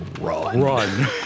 run